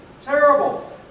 Terrible